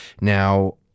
Now